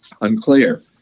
Unclear